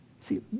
See